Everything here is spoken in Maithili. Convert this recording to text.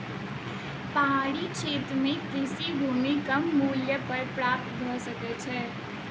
पहाड़ी क्षेत्र में कृषि भूमि कम मूल्य पर प्राप्त भ सकै छै